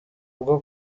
bwo